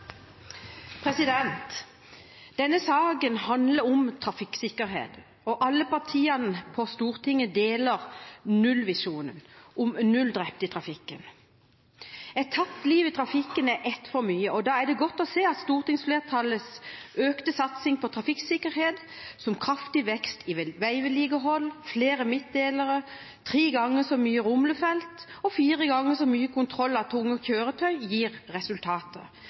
Denne saken handler om trafikksikkerhet, og alle partiene på Stortinget deler visjonen om null drepte i trafikken. Et tapt liv i trafikken er ett for mye, og da er det godt å se at stortingsflertallets økte satsing på trafikksikkerhet, som kraftig vekst i veivedlikehold, flere midtdelere, tre ganger så mange rumlefelt og fire ganger så mange kontroller av tunge kjøretøy, gir